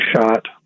shot